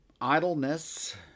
idleness